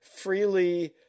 freely